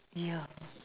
yeah